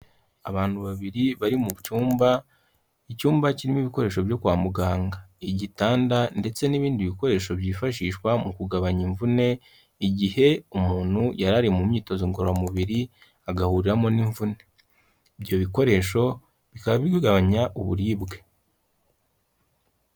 Abantu babiri bari mu cyumba icyumba kirimo ibikoresho byo kwa muganga, igitanda ndetse n'ibindi bikoresho byifashishwa mu kugabanya imvune igihe umuntu yari ari mu myitozo ngororamubiri agahuriramo n'imvune, ibyo bikoresho bikaba bigabanya uburibwe.